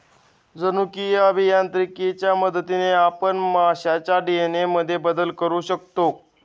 जनुकीय अभियांत्रिकीच्या मदतीने आपण माशांच्या डी.एन.ए मध्येही बदल करू शकतो